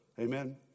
Amen